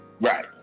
Right